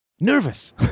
nervous